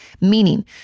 Meaning